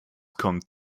kommt